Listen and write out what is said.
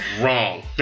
Wrong